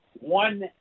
one